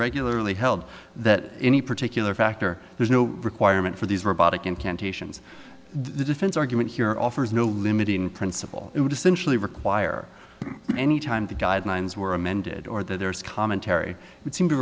regularly held that any particular factor there's no requirement for these robotic incantations the defense argument here offers no limiting principle it would essentially require any time the guidelines were amended or that there is commentary would seem to